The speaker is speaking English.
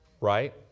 Right